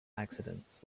accidents